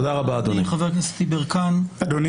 אדוני,